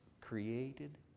created